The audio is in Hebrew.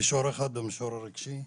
האחד הוא המישור הרגשי,